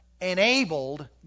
enabled